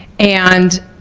and